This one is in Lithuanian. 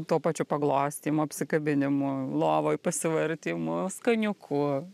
tuo pačiu paglostymu apsikabinimu lovoj pasivartymu skaniuku